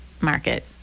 market